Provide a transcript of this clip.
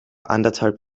anderthalb